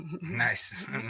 nice